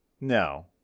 No